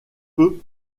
peu